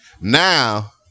Now